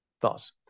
Thus